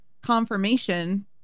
confirmation